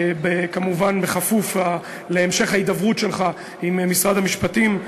כמובן בכפוף להמשך ההידברות שלך עם משרד המשפטים,